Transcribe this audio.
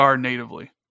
natively